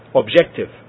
objective